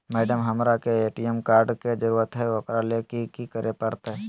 Madam, हमरा के ATM card के जरूरत है ऊकरा ले की की करे परते?